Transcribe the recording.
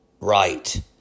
right